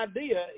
idea